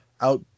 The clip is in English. out